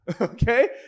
Okay